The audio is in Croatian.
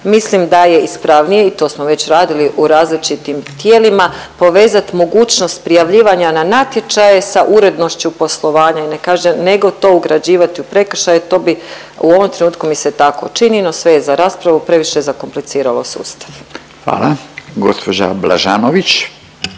mislim da je ispravnije i to smo već radili u različitim tijelima, povezat mogućnost prijavljivanja na natječaje sa urednošću poslovanja i .../Govornik se ne razumije./... nego to ugrađivati u prekršaj, to bi u ovom trenutku mi se tako čini, no sve je za raspravu previše je zakompliciralo sustav. **Radin, Furio